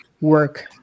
work